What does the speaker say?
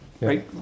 right